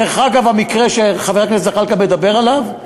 דרך אגב, המקרה שחבר הכנסת זחאלקה מדבר עליו,